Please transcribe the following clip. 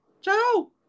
Ciao